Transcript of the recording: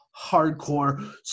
hardcore